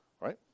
Right